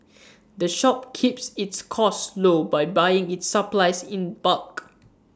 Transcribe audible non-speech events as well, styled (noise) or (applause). (noise) the shop keeps its costs low by buying its supplies in bulk